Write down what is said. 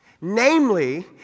Namely